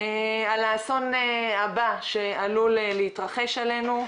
על האסון הבא שעלול להתרחש עלינו,